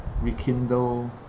rekindle